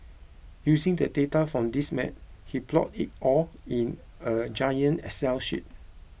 using the data from these map he plotted it all in a giant excel sheet